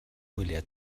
gwyliau